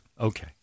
Okay